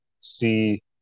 see